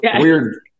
weird